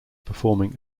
performing